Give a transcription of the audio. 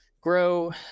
grow